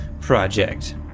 project